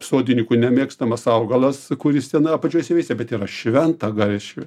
sodininkų nemėgstamas augalas kuris tenai apačioj įsiveisia bet yra šventagaršvė